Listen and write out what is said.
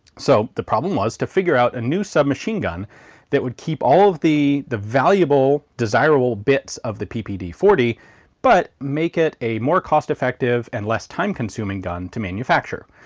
so the problem was to figure out a new submachine gun that would keep all of the. the. the valuable, desirable bits of the ppd forty but make it a more cost-effective and less time-consuming gun to manufacture.